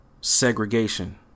segregation